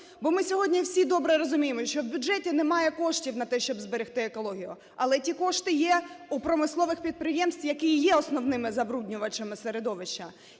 бо ми сьогодні всі добре розуміємо, що в бюджеті немає коштів на те, щоб зберегти екологію, але ті кошти є у промислових підприємств, які є основними забруднювачами середовища.